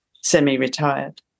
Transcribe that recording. semi-retired